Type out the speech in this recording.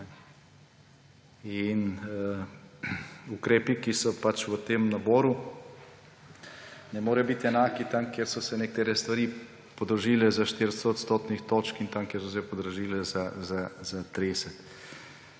cen. Ukrepi, ki so v tem naboru, ne morejo biti enaki tam, kjer so se nekatere stvari podražile za 400 odstotnih točk, in tam, kjer so se podražile za 30.